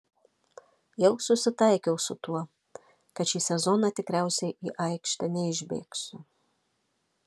jau susitaikiau su tuo kad šį sezoną tikriausiai į aikštę neišbėgsiu